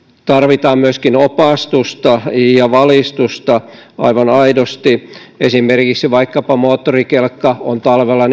tarvitaan myöskin opastusta ja valistusta aivan aidosti esimerkiksi vaikkapa moottorikelkka talvella